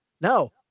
No